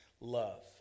love